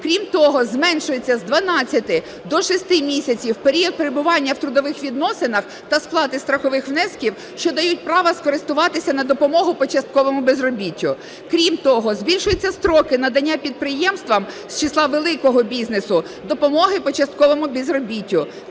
Крім того, зменшується з 12 до 6 місяців період перебування в трудових відносинах та сплати страхових внесків, що дають право скористуватися на допомогу по частковому безробіттю. Крім того, збільшуються строки надання підприємствам з числа великого бізнесу допомоги по частковому безробіттю.